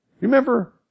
remember